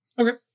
Okay